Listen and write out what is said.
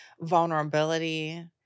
vulnerability